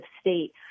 state